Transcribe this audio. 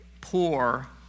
poor